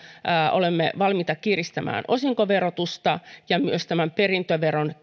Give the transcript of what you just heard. olemme valmiita kiristämään osinkoverotusta ja myös tämän perintöveron